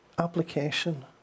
Application